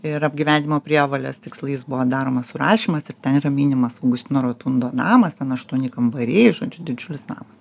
ir apgyvenimo prievolės tikslais buvo daromas surašymas ir ten yra minimas augustino rotundo namas ten aštuoni kambariai žodžiu didžiulis namas